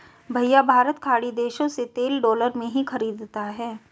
भैया भारत खाड़ी देशों से तेल डॉलर में ही खरीदता है